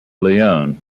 leone